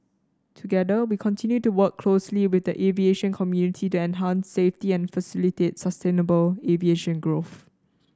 together we continue to work closely with the aviation community to enhance safety and facilitate sustainable aviation growth